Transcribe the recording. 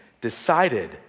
decided